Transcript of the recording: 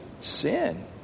sin